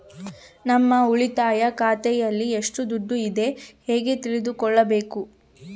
ನಮ್ಮ ಉಳಿತಾಯ ಖಾತೆಯಲ್ಲಿ ಎಷ್ಟು ದುಡ್ಡು ಇದೆ ಹೇಗೆ ತಿಳಿದುಕೊಳ್ಳಬೇಕು?